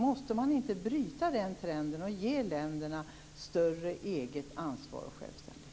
Måste man inte bryta den trenden och ge länderna större eget ansvar och självständighet?